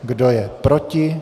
Kdo je proti?